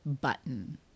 button